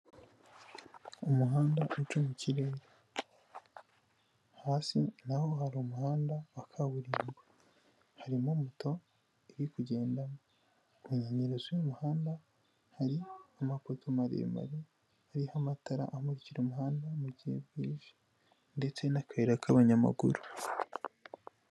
Umuhanda uca mu kirere, hasi naho hari umuhanda wa kaburimbo harimo moto iri kugenda, mu nkengero z'uyu muhanda hari amapoto maremare ariho amatara amurika umuhanda mu gihe bwije ndetse n'akayira k'abanyamaguru.